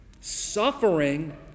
Suffering